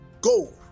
go